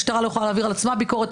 משטרה לא יכולה להעביר על עצמה ביקורת,